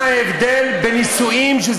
ובאתי ושאלתי מה ההבדל בנישואים,